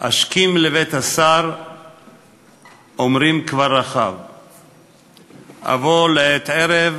"אשכים לבית השר,/ אומרים: כבר רכב./ אבוא לעת ערב,